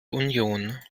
union